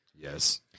Yes